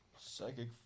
Psychic